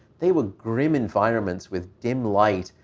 they were grim environments with dim light.